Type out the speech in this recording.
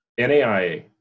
NAIA